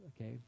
okay